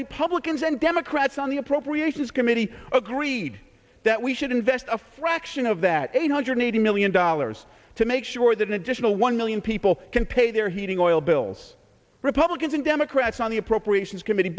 republicans and democrats on the appropriations committee agreed that we should invest a fraction of that eight hundred eighty million dollars to make sure that an additional one million people can pay their heating oil bills republicans and democrats on the appropriations committee